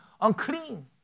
unclean